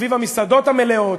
סביב המסעדות המלאות,